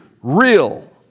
real